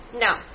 No